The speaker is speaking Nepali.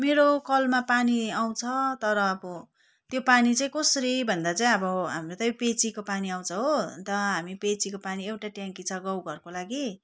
मेरो कलमा पानी आउँछ तर अब त्यो पानी चाहिँ कसरी भन्दा चाहिँ अब हाम्रो चाहिँ पिएचईको पानी आउँछ हो अन्त हामी पिएचईको पानी एउटा ट्याङ्की छ गाउँ घरको लागि